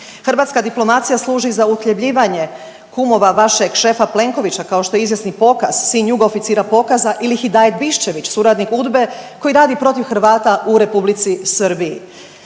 Hrvatska diplomacija služi za uhljebljivanje kumova vašeg šefa Plenkovića kao što je izvjesni Pokaz sin jugooficira Pokaza ili Hidaje Bišćević suradnik UDBE koji radi protiv Hrvata u Republici Srbiji.